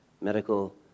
medical